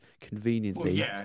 conveniently